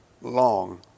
long